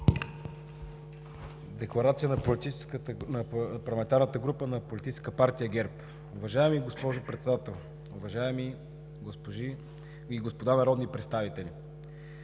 Декларация на парламентарната група на Политическа партия ГЕРБ. Уважаема госпожо Председател, уважаеми госпожи и господа народни представители!